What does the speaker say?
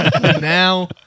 Now